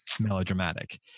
melodramatic